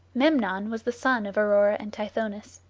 memnon was the son of aurora and tithonus.